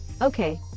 okay